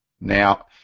now